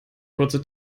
kurze